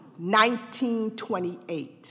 1928